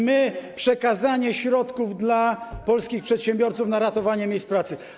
My - przekazanie środków dla polskich przedsiębiorców na ratowanie miejsc pracy.